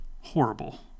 horrible